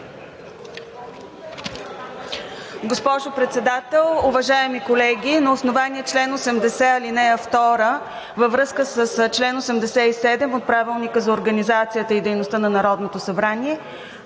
Госпожо Председател, уважаеми колеги! На основание чл. 80, ал. 2 във връзка с чл. 87 от Правилника за организацията и дейността на Народното събрание